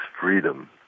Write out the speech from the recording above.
freedom